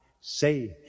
say